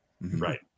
Right